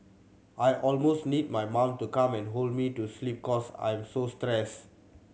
I almost need my mom to come and hold me to sleep cause I'm so stressed